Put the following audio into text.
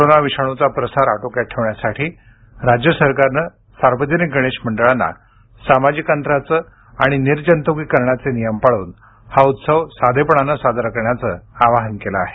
corona विषाणूचा प्रसार आटोक्यात ठेवण्यासाठी राज्य सरकारनं सार्वजनिक गणेश मंडळांना सामाजिक अंतराचे आणि निर्जंतुकीकरणाचे नियम पाळून हा उत्सव साधेपणानं साजरा करण्याचं आवाहन केलं आहे